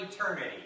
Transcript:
eternity